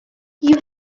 you